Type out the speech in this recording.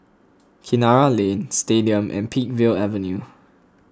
Kinara Lane Stadium and Peakville Avenue